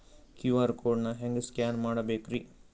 QR code ನಾ ಹೆಂಗ scan ಮಾಡಬೇಕ್ರಿ?